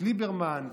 את ליברמן,